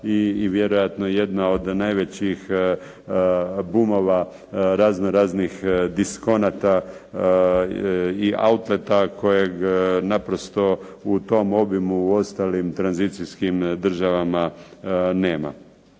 i vjerojatno jedna od najvećihn bumova razno raznih diskonata i outleta kojeg naprosto u tom obimu u ostalim tranzicijskim državama nema.